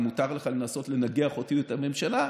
ומותר לך לנסות לנגח אותי ואת הממשלה,